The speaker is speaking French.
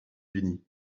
unis